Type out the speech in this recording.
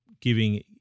giving